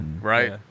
Right